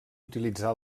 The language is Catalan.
utilitzar